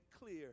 clear